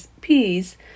peas